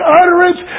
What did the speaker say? utterance